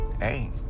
hey